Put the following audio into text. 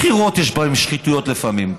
בבחירות יש שחיתויות לפעמים,